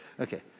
Okay